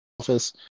office